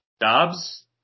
Dobbs